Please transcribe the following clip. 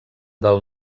del